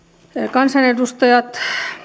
kansanedustajat